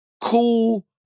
cool